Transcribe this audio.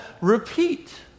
repeat